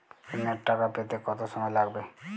ঋণের টাকা পেতে কত সময় লাগবে?